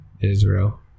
Israel